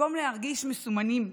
במקום להרגיש מסומנים,